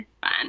fine